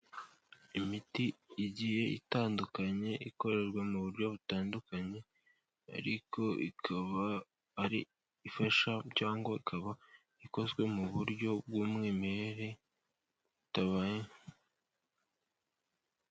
Imiti igiye itandukanye ikorerwa mu buryo butandukanye ariko ikaba ari ifasha cyangwa ikaba ikozwe mu buryo bw'umwimerere bitabaye ...